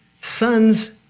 son's